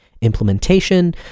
implementation